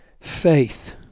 faith